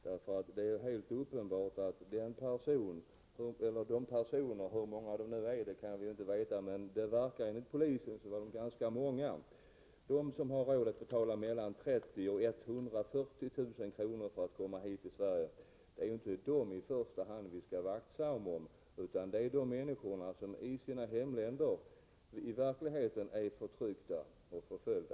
Det är ju inte de personer som har råd att betala mellan 30 000 och 140 000 kr. för att komma hit till Sverige — hur många det nu är kan vi inte veta, men enligt polisen verkar det vara ganska många — som vi i första hand skall vara aktsamma om, utan det är som sagt de människor som i sina hemländer verkligen är förtryckta och förföljda.